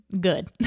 good